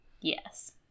Yes